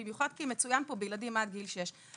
במיוחד כי מצוין פה בילדים עד גיל שש,